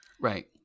Right